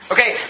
Okay